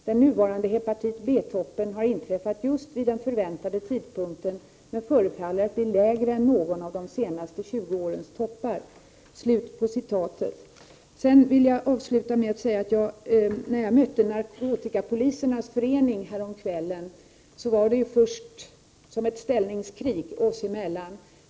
Den nuvarande ”Hepatit B-toppen” har inträffat just vid den förväntade tidpunkten, men förefaller att bli lägre än någon av de senaste 20 årens toppar.” Jag vill avsluta med att säga att jag häromkvällen mötte narkotikapolisernas förening, och det var först något av ett ställningskrig oss emellan.